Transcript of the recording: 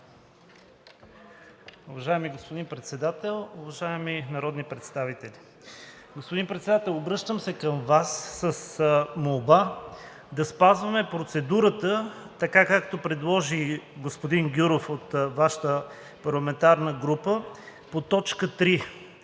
Уважаеми господин Председател, уважаеми народни представители! Господин Председател, обръщам се към Вас с молба да спазваме процедурата, както предложи господин Гюров от Вашата парламентарна група, по точка